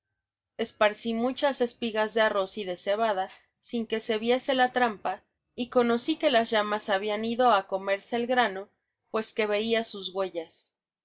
esparci muchas espigas de arroz y de cebada sin que se viese la trampa y conoci que las llamas habian ido á comerse el grano pues que veia sus huellas